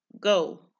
go